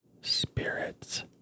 spirits